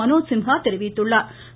மனோஜ் சின்ஹா தெரிவித்துள்ளா்